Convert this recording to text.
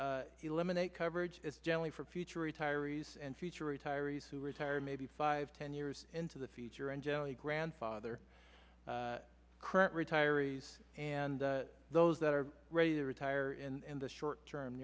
eliminate coverage it's generally for future retirees and future retirees who retire maybe five ten years into the future and generally grandfather current retirees and those that are ready to retire in the short term